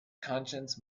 conscience